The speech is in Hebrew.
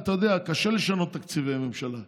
אתה יודע, קשה לשנות תקציבי ממשלה.